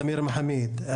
סמיר מחאמיד,